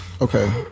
Okay